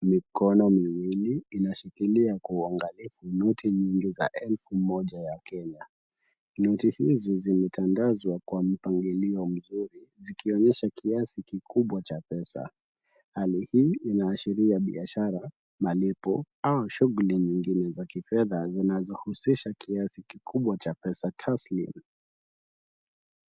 Mikono miwili inshikilia kwa uangalifu noti nyingi za elfu moja ya Kenya. Noti hizi zimetandazwa kwa mpangilio mzuri zikionyesha kiasi kikubwa cha pesa. Hali hii inaashiria biashara, malipo au shughuli nyingine za kifedha zinazohusisha kiasi kikubwa cha pesa taslimu.